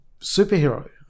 superhero